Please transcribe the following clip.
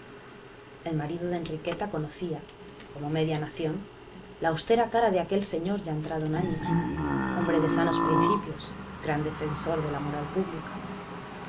el marido de enriqueta conocía como media nación la austera cara de aquel señor ya entrado en años hombre de sanos principios gran defensor de la moral pública